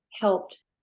Helped